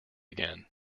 again